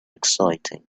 exciting